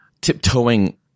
tiptoeing